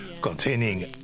containing